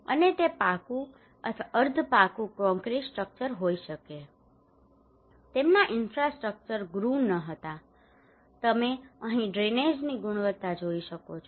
અને તે પાકું અથવા અર્ધ પાકું કોંક્રિટ સ્ટ્રક્ચર હોઈ શકે છે તેમના ઇન્ફ્રાસ્ટ્રક્ચર્સ ગ્રુવ ન હતા તમે અહીં ડ્રેનેજની ગુણવત્તા જોઈ શકો છો